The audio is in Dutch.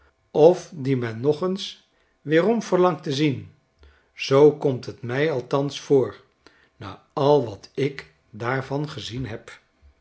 of die men nog eens weerom verlangt te zien zoo komt het mij althans voor na al wat ik daarvan gezien heb